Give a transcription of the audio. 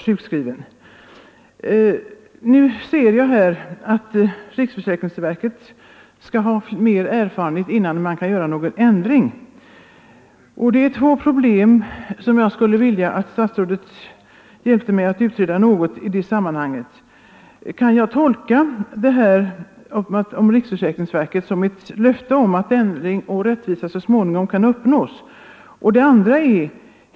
Statsrådet anser nu att Riksförsäkringsverket bör ha mer erfarenhet innan en ändring kan göras. Det är två problem som jag skulle vilja att statsrådet hjälpte mig att utreda i det sammanhanget. Kan jag tolka detta om riksförsäkringsverkets prövning som ett löfte om att ändring och rättvisa så småningom kan uppnås?